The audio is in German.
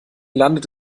landet